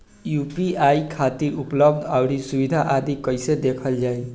UPI खातिर उपलब्ध आउर सुविधा आदि कइसे देखल जाइ?